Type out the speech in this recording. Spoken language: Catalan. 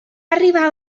arribar